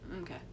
okay